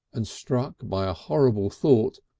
and struck by a horrible thought,